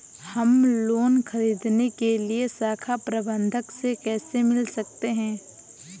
हम लोन ख़रीदने के लिए शाखा प्रबंधक से कैसे मिल सकते हैं?